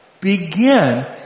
Begin